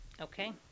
Okay